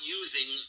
using